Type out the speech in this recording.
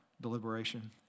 deliberation